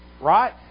right